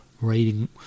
raiding